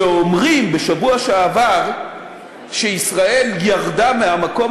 שכשאומרים בשבוע שעבר שישראל ירדה מהמקום